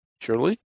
surely